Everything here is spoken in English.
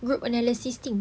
group analysis thing